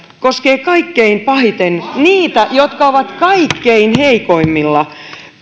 koskee kaikkein pahiten niitä jotka ovat kaikkein heikoimmilla